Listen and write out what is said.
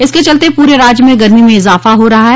इसके चलते पूरे राज्य में गर्मी में इजाफा हो रहा है